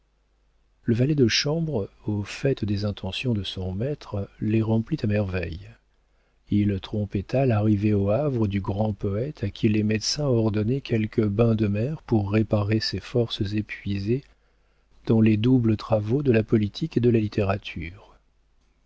le valet de chambre au fait des intentions de son maître les remplit à merveille il trompetta l'arrivée au havre du grand poëte à qui les médecins ordonnaient quelques bains de mer pour réparer ses forces épuisées dans les doubles travaux de la politique et de la littérature